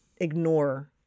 ignore